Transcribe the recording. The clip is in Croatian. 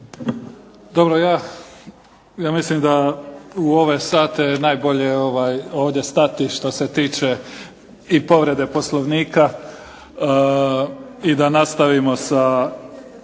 Dobro, ja mislim u ove sate je najbolje ovdje stati što se tiče i povrede Poslovnika. I da nastavimo sa